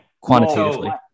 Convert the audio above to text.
quantitatively